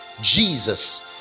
Jesus